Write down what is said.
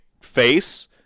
face